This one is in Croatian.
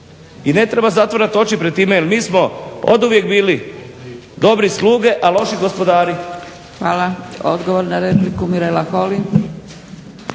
i ne treba zatvarat oči pred time. Jer mi smo oduvijek bili dobri sluge, a loši gospodari.